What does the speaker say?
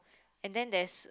and then there's